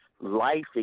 life